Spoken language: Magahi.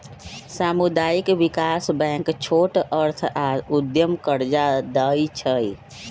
सामुदायिक विकास बैंक छोट अर्थ आऽ उद्यम कर्जा दइ छइ